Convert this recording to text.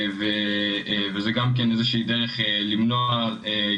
אז זו גם כן איזו שהיא דרך למנוע התמכרות